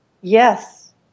yes